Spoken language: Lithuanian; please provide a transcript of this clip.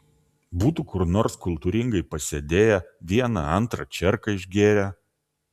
būtų kur nors kultūringai pasėdėję vieną antrą čierką išgėrę